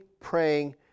praying